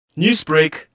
Newsbreak